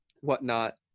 whatnot